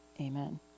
amen